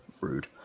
Rude